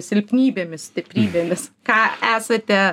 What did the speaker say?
silpnybėmis stiprybėmis ką esate